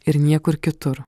ir niekur kitur